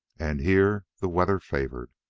and here the weather favored.